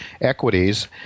equities